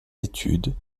études